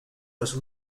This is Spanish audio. los